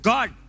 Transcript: God